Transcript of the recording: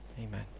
amen